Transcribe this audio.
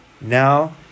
Now